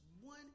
one